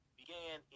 began